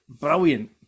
brilliant